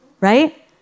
right